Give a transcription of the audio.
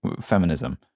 feminism